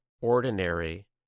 ordinary